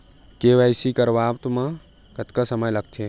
KYC करवात म कतका समय लगथे?